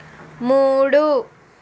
మూడు